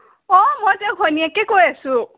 অঁ মই তেওঁৰ ঘৈণীয়েকে কৈ আছোঁ